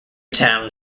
town